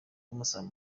bamusaba